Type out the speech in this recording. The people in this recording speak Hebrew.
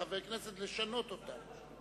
כחבר הכנסת, לשנות אותה.